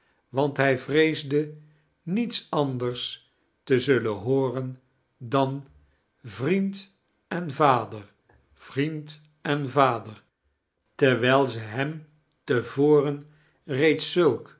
want hij vreesde niets anders te zullen hooren dan vriend en vader vriend en vader terwijl ze hem te voren reeds